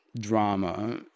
drama